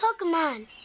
Pokemon